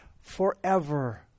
forever